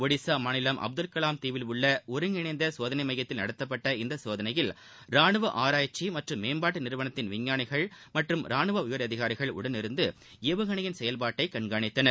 ஒடிசா மாநிலம் அப்துல்கலாம் தீவில் உள்ள ஒருங்கிணைந்த சோதனை மையத்தில் நடத்தப்பட்ட இந்த சோதனையில் ராணுவ ஆராய்ச்சி மற்றும் மேம்பாட்டு நிறுவனத்தின் விஞ்ஞானிகள் மற்றும் ராணுவ உயரதிகாரிகள் உடனிருந்து ஏவுகணையின் செயல்பாட்டை கண்காணித்தனர்